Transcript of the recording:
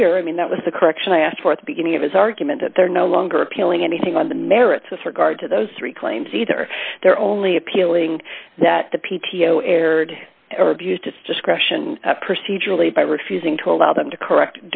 clear i mean that was the correction i asked for at the beginning of his argument that they're no longer appealing anything on the merits of regard to those three claims either they're only appealing that the p t o erred or abused its discretion procedurally by refusing to allow them to correct